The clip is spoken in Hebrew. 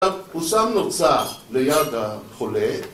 ‫אז הוא שם נוצה ליד החולה.